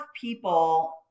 people